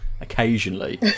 Occasionally